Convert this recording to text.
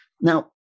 Now